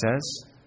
says